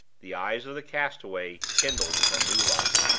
the eyes of the castaway kindled with a new light.